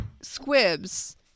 squibs